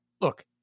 look